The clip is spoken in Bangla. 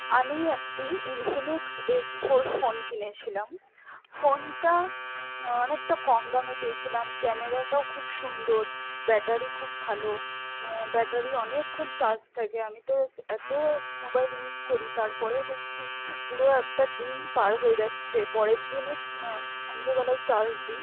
আমি একটি ইনফিনিক্স এস ফোর ফোন কিনেছিলাম ফোনটা অনেকটা কম দামে পেয়েছিলাম ক্যামেরাটাও খুব সুন্দর ব্যাটারি খুব ভালো ব্যাটারি অনেকক্ষণ চার্জ থাকে আমি তো হচ্ছে এত মোবাইল ইউস করি তারপরেও দেখছি পুরো একটা দিন পার হয়ে যাচ্ছে পরের দিনে আমি সন্ধেবেলায় চার্জ দিই